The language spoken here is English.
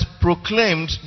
proclaimed